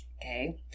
Okay